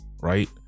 right